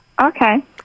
Okay